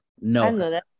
no